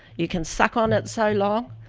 you can suck on it so long,